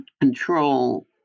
control